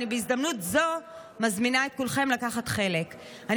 בהזדמנות זו אני מזמינה את כולכם לקחת בו חלק.